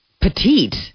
petite